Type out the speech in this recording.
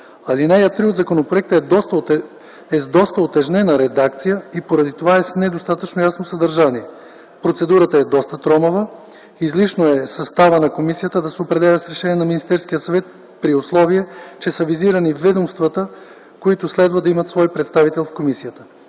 Алинея 3 от законопроекта е с доста утежнена редакция и поради това е с недостатъчно ясно съдържание. Процедурата е доста тромава. Излишно е съставът на комисията да се определя с решение на Министерския съвет при условие, че са визирани ведомствата, които следва да имат свой представител в комисията.